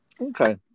Okay